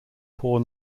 poor